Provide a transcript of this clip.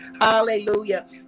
Hallelujah